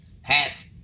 hat